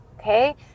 okay